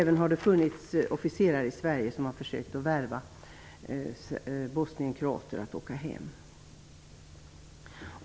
Det har också funnits officerare i Sverige som har försökt att värva bosnienkroater för att åka hem.